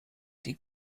die